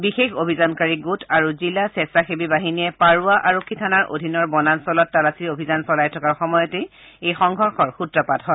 বিশেষ অভিযানকাৰী গোট আৰু জিলা স্বেচ্ছাসেৱী বাহিনীয়ে পাৰুৱা আৰক্ষী থানাৰ অধীনৰ বনাঞ্চলত তালাচী অভিযান চলাই থকাৰ সময়তে এই সংঘৰ্ষৰ সূত্ৰপাত হয়